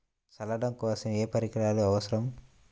చల్లడం కోసం ఏ పరికరాలు అవసరం?